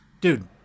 dude